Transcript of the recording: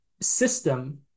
system